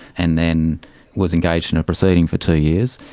and then was engaged in a proceeding for two years.